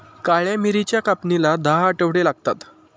काळ्या मिरीच्या कापणीला दहा आठवडे लागतात